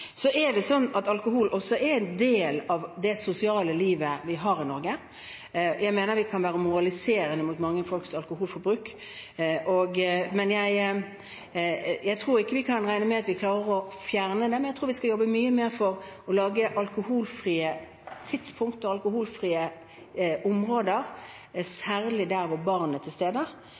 Så er det slik at alkohol også er en del av det sosiale livet vi har i Norge. Jeg mener vi kan være moraliserende når det gjelder mange folks alkoholforbruk. Jeg tror ikke vi kan regne med at vi klarer å fjerne det, men jeg tror vi skal jobbe mye mer for å lage alkoholfrie tidspunkter og alkoholfrie områder, særlig der hvor barn er til stede,